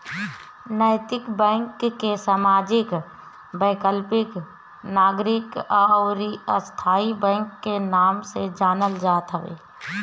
नैतिक बैंक के सामाजिक, वैकल्पिक, नागरिक अउरी स्थाई बैंक के नाम से जानल जात हवे